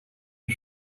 une